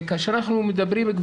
כאשר אנחנו מדברים על